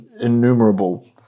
innumerable